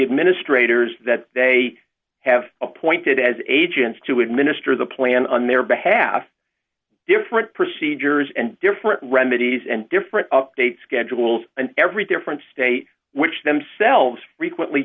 administrators that they have appointed as agents to administer the plan on their behalf different procedures and different remedies and different update schedules and every different state which themselves frequently